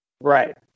right